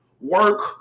work